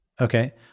okay